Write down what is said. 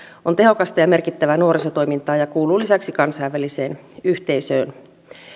on tehokasta ja merkittävää nuorisotoimintaa ja kuuluu lisäksi kansainväliseen yhteisöön